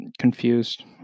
Confused